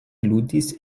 ludis